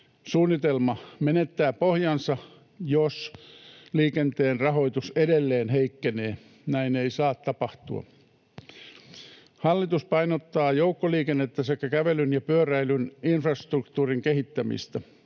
Suunnitelma menettää pohjaansa, jos liikenteen rahoitus edelleen heikkenee. Näin ei saa tapahtua. Hallitus painottaa joukkoliikennettä sekä kävelyn ja pyöräilyn infrastruktuurin kehittämistä.